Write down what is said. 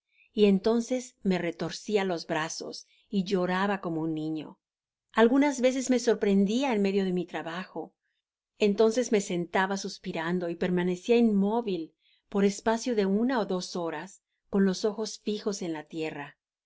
y entonces me retorcia los brazos y lloraba como un niño algunas veces me sorprendia en medio de mi trabajo entoncef me sentaba suspirando y permanecia inmóvil por espacio de una ó dos horas con los ojos fijos en la tierra